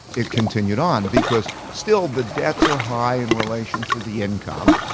it continued on because still the debts are high in relation to the income,